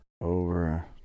Over